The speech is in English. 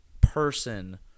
person